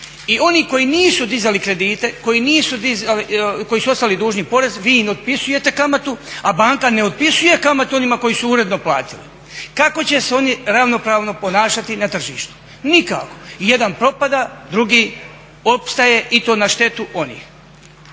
i oni koji nisu dizali kredite, koji su ostali dužni porez, vi im otpisujete kamatu, a banka ne otpisuje kamatu onima koji su uredno platili. Kako će se oni ravnopravno ponašati na tržištu? Nikako. Jedan propada, drugi opstaje i to na štetu onih.